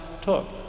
took